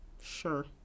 Sure